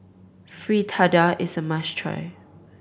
fritada is a must try